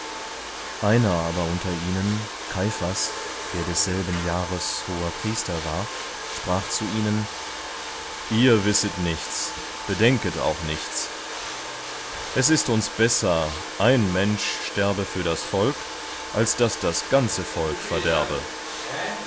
einer aber unter ihnen kaiphas der desselben jahres hoherpriester war sprach zu ihnen ihr wisset nichts bedenket auch nichts es ist uns besser ein mensch sterbe für das volk denn daß das ganze volk verderbe